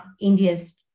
India's